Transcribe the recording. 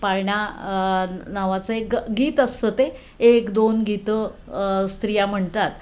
पाळणा नावाचं एक ग गीत असतं ते एक दोन गीतं स्त्रिया म्हणतात